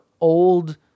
old